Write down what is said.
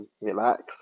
relax